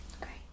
Great